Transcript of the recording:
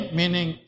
meaning